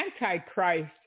Antichrist